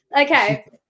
Okay